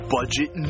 Budget